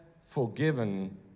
forgiven